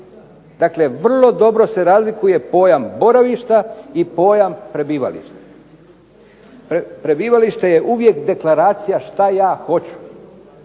Dakle, vrlo dobro se razlikuje pojam boravišta i pojam prebivališta. Prebivalište je uvijek deklaracija što ja hoću